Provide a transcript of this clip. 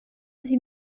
sie